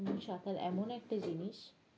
সাঁতার এমন একটা জিনিস